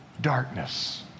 darkness